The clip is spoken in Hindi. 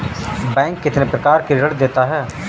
बैंक कितने प्रकार के ऋण देता है?